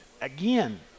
again